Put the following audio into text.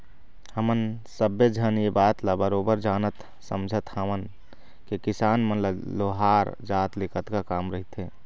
हमन सब्बे झन ये बात ल बरोबर जानत समझत हवन के किसान मन ल लोहार जात ले कतका काम रहिथे